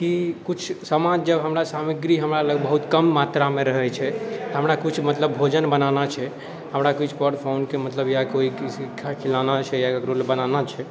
कि किछु सामान जब हमरा सामग्री हमरा लग बहुत कम मात्रामे रहै छै हमरा किछु मतलब भोजन बनाना छै हमरा किछु पर पाहुनके मतलब या कोइ किसीके खिलाना छै या ककरोलए बनाना छै